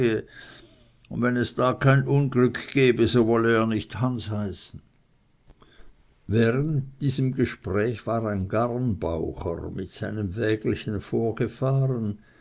und wenn es da kein unglück gebe so wolle er nicht hans heißen während diesem gespräch war ein garnbaucher mit seinem wägelchen vorgefahren